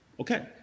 okay